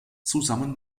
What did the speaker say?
zusammen